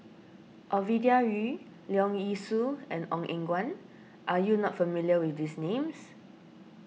Ovidia Yu Leong Yee Soo and Ong Eng Guan are you not familiar with these names